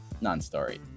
non-story